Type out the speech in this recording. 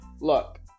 Look